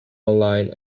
online